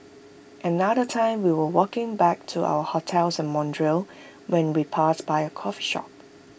another time we were walking back to our hotel in Montreal when we passed by A coffee shop